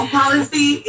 policy